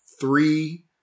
three